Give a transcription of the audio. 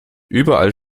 überall